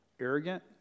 arrogant